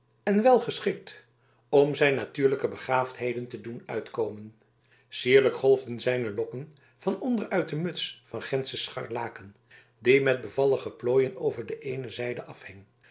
en wel geschikt om zijn natuurlijke begaafdheden te doen uitkomen sierlijk golfden zijn lokken van onder uit de muts van gentsen scharlaken die met bevallige plooien over de eene zijde afhing